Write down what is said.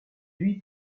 lui